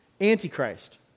Antichrist